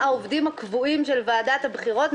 הוועדה צריכה להיות מנותקת מרשויות אחרות.